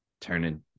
turning